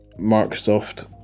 Microsoft